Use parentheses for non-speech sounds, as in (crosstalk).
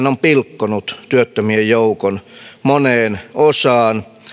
(unintelligible) on pilkkonut työttömien joukon moneen osaan